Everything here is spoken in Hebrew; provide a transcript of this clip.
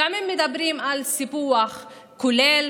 גם אם מדברים על סיפוח כולל,